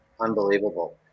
unbelievable